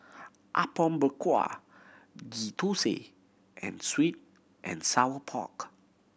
Apom Berkuah Ghee Thosai and sweet and sour pork